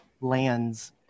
lands